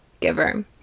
giver